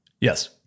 Yes